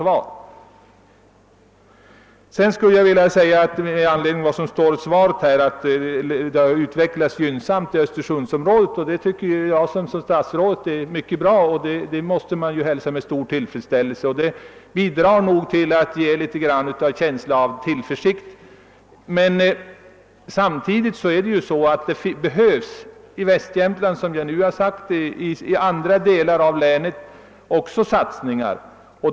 I svaret sägs att utvecklingen varit gynnsam i Östersund, och jag liksom statsrådet hälsar detta med stor tillfredsställelse. Detta bidrar till att ge en känsla av tillförsikt, men samtidigt behövs det som sagt satsningar i västra Jämtland liksom i andra delar av länet.